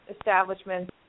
establishments